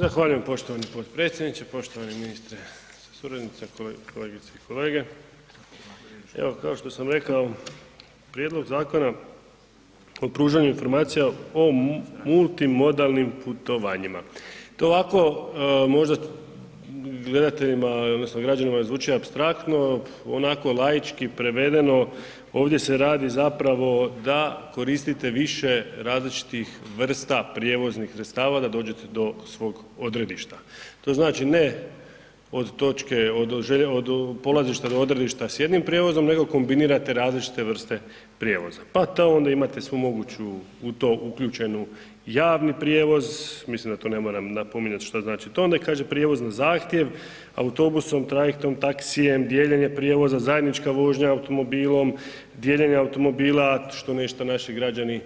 Zahvaljujem poštovani potpredsjedniče, poštovani ministre sa suradnicima, kolegice i kolege, evo kao što sam rekao prijedlog Zakona o pružanju informacija o multimodalnim putovanjima, to ovako možda gledateljima odnosno građanima zvuči apstraktno, onako laički prevedeno ovdje se radi zapravo da koristite više različitih vrsta prijevoznih sredstava da dođete do svog odredišta, to znači ne od točke, od polazišta do odredišta s jednim prijevozom, nego kombinirate različite vrste prijevoza, pa to onda imate svu moguću u to uključenu, javni prijevoz, mislim da to ne moram napominjat šta znači to i onda kaže prijevoz na zahtjev, autobusom, trajektom, taksijem, dijeljenje prijevoza, zajednička vožnja automobilom, dijeljenje automobila što nešto naši građani